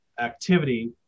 activity